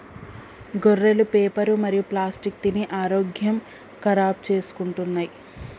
గొర్రెలు పేపరు మరియు ప్లాస్టిక్ తిని ఆరోగ్యం ఖరాబ్ చేసుకుంటున్నయ్